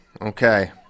okay